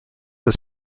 was